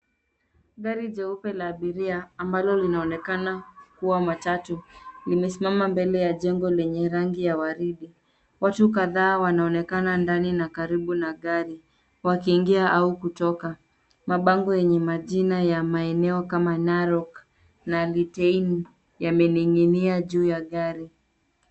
Gari jeupe la abiria ambalo linaonekana kuwa matatu limesimama mbele ya jengo lenye rangi ya waridi. Watu kadhaa wanaonekana ndani na karibu na gari wakiingia au kutoka. Mabango yenye majina ya maeneo kama Narok na Leteini yamening'inia juu ya gari.